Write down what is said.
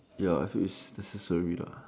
ya so it's necessary lah